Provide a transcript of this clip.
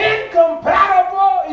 Incompatible